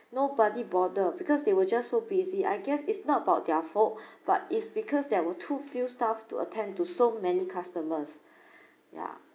nobody bothered because they were just so busy I guess it's not about their fault but it's because there were too few staff to attend to so many customers yeah